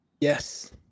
yes